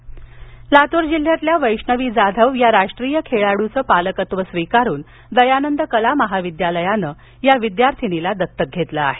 खेळाडू लात्र जिल्ह्यातल्या वैष्णवी जाधव या राष्ट्रीय खेळाड्रच पालकत्व स्वीकारून दयानंद कला महाविद्यालयानं या विद्यार्थीनीला दत्तक घेतलं आहे